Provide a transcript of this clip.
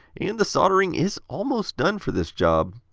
and the soldering is almost done for this job.